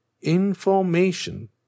Information